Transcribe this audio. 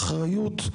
האחריות,